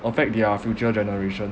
affect their future generation